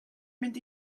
mynd